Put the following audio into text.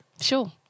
Sure